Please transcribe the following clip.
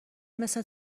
مثل